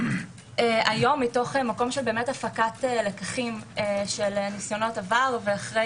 היום מתוך מקום של הפקת לקחים של ניסיונות עבר ואחרי